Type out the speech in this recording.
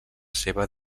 seva